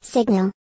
Signal